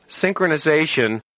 synchronization